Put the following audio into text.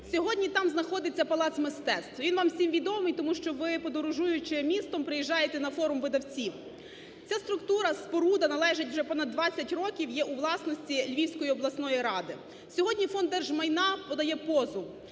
сьогодні там знаходиться Палац мистецтв, він вам всім відомий, тому що ви, подорожуючи містом, приїжджаєте на форум видавців. Ця структура, споруда належить, вже понад 20 років, є у власності Львівської обласної ради. Сьогодні Фонд держмайна подає позов.